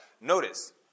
Notice